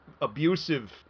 abusive